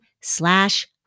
slash